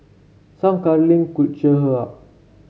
some cuddling could cheer her up